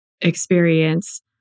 experience